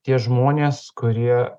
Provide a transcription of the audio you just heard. tie žmonės kurie